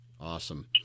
Awesome